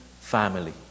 family